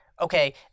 okay